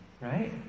Right